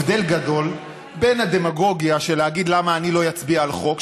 הבדל גדול בין הדמגוגיה של להגיד למה אני לא אצביע על חוק,